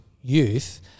youth